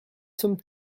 some